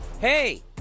hey